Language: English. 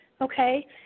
okay